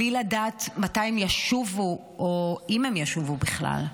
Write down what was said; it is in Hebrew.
בלי לדעת מתי הן ישובו או אם הן ישובו בכלל.